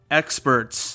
experts